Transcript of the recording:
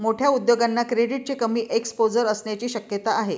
मोठ्या उद्योगांना क्रेडिटचे कमी एक्सपोजर असण्याची शक्यता आहे